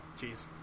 Jeez